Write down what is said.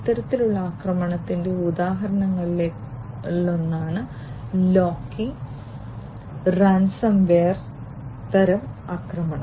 ഇത്തരത്തിലുള്ള ആക്രമണത്തിന്റെ ഉദാഹരണങ്ങളിലൊന്നാണ് ലോക്കി റാൻസം വെയർ തരം ആക്രമണം